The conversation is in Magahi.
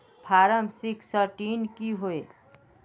फारम सिक्सटीन की होय?